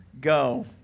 go